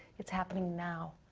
it's happening now.